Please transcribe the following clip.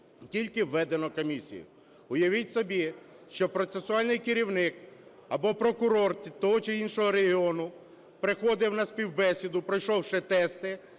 тільки введено комісію. Уявіть собі, що процесуальний керівник або прокурор того чи іншого регіону приходить на співбесіду. Пройшовши тести,